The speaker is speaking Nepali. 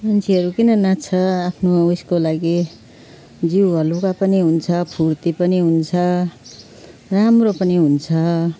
मान्छेहरू किन नाच्छ आफ्नो उयसको लागि जिउ हल्का पनि हुन्छ फुर्ती पनि हुन्छ राम्रो पनि हुन्छ